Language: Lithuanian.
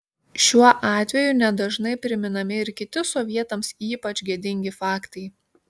šiuo atveju ne dažnai priminami ir kiti sovietams ypač gėdingi faktai